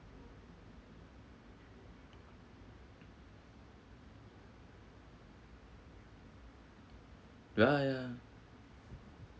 well ya